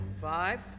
five